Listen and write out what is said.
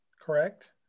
Correct